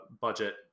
budget